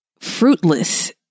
fruitless